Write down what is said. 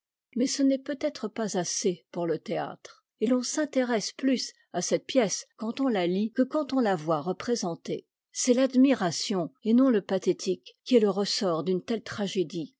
mais ce n'est peut-être pas assez pour le théâtre et l'on s'intéresse plus à cette pièce quand on la lit que quand on la voit représenter c'est l'admiration et non le pathétique qui est le ressort d'une telle tragédie